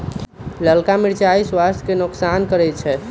ललका मिरचाइ स्वास्थ्य के नोकसान करै छइ